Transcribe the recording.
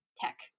tech